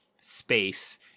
space